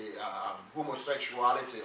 homosexuality